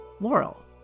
Laurel